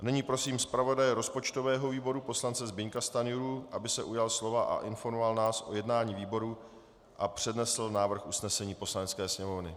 Nyní prosím zpravodaje rozpočtového výboru poslance Zbyňka Stanjuru, aby se ujal slova a informoval nás o jednání výboru a přednesl návrh usnesení Poslanecké sněmovny.